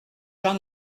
jean